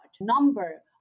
number